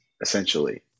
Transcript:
essentially